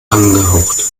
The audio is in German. angehaucht